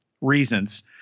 reasons